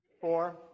four